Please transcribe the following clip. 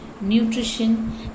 nutrition